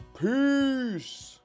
peace